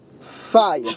Fire